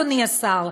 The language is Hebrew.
אדוני השר,